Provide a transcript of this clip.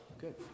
good